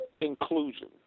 inclusion